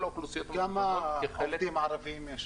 האוכלוסיות --- כמה עובדים ערבים יש